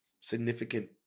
significant